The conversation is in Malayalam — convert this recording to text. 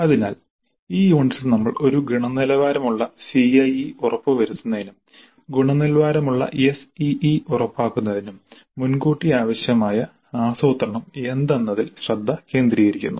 അതിനാൽ ഈ യൂണിറ്റിൽ നമ്മൾ ഒരു ഗുണനിലവാരമുള്ള CIE ഉറപ്പുവരുത്തുന്നതിനും ഗുണനിലവാരമുള്ള SEE ഉറപ്പാക്കുന്നതിനും മുൻകൂട്ടി ആവശ്യമായ ആസൂത്രണം എന്തെന്നതിൽ ശ്രദ്ധ കേന്ദ്രീകരിക്കുന്നു